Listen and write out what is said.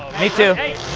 me too. hey,